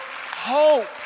hope